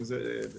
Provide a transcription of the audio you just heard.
אם זה בפרטיים,